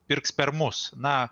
pirks per mus na